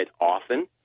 often